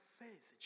faith